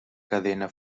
cadena